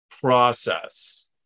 process